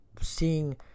seeing